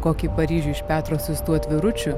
kokį paryžių iš petro siųstų atviručių